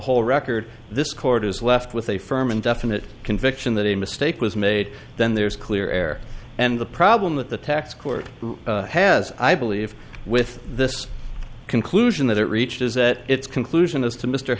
whole record this court is left with a firm and definite conviction that a mistake was made then there's clear air and the problem that the tax court has i believe with this conclusion that it reaches that its conclusion as to mr